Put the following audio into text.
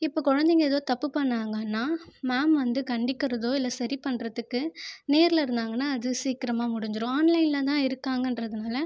இப்போ குழந்தைங்க ஏதோ தப்பு பண்ணாங்கனா மேம் வந்து கண்டிக்கறதோ இல்லை சரி பண்ணுறதுக்கு நேரில் இருந்தாங்கனா அது சீக்கிரமாக முடிஞ்சிரும் ஆன்லைனில் தான் இருகாங்கன்றதுனால